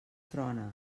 trona